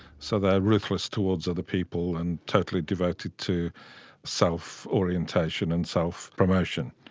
so they are ruthless towards other people and totally devoted to self-orientation and self-promotion.